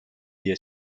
diye